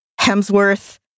hemsworth